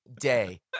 day